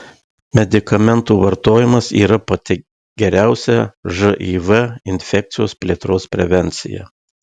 medikamentų vartojimas yra pati geriausia živ infekcijos plėtros prevencija